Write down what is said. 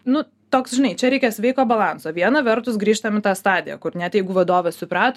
nu toks žinai čia reikia sveiko balanso viena vertus grįžtam į tą stadiją kur net jeigu vadovas suprato